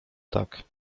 tak